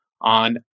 on